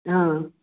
हा